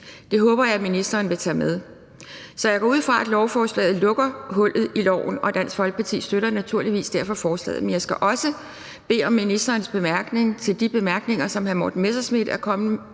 Det håber jeg at ministeren vil tage med. Så jeg går ud fra, at lovforslaget lukker hullet i loven, og Dansk Folkeparti støtter derfor naturligvis forslaget. Men jeg skal også bede om ministerens bemærkning til de bemærkninger, som hr. Morten Messerschmidt er kommet